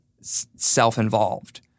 self-involved